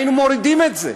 היינו מורידים את זה.